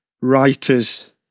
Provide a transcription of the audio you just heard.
writers